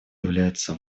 являются